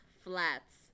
flats